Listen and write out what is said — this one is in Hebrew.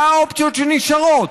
מה האופציות שנשארות?